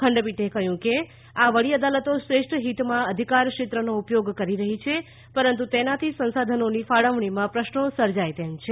ખંડપીઠે કહ્યું કે આ વડી અદાલતો શ્રેષ્ઠ હિતમાં અધિકારક્ષેત્રનો ઉપયોગ કરી રહી છે પરંતુ તેનાથી સંસાધનોની ફાળવણીના પ્રશ્નો સર્જાય તેમ છે